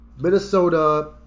Minnesota